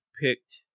picked